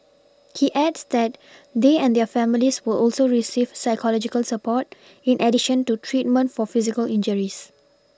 he adds that they and their families will also receive psychological support in addition to treatment for physical injuries